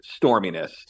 storminess